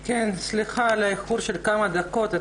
סליחה על האיחור של כמה דקות.